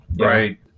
Right